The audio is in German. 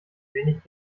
wenig